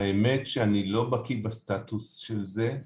האמת שאני לא בקיא בסטטוס של זה.